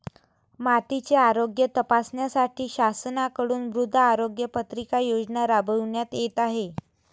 मातीचे आरोग्य तपासण्यासाठी शासनाकडून मृदा आरोग्य पत्रिका योजना राबविण्यात येत आहे